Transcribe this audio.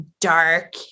dark